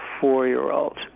four-year-old